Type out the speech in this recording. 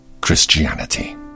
Christianity